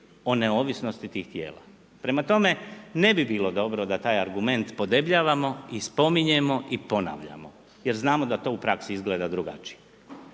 o neovisnosti tih tijela. Prema tome, ne bi bilo dobro da taj argument podebljavamo i spominjemo i ponavljamo jer znamo da to u praksi izgleda drugačije.